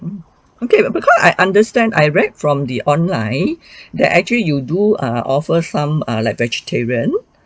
mm okay because I understand I read from the online that actually you do err offer some err like vegetarian